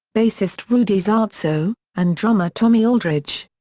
bassist rudy sarzo, and drummer tommy aldridge.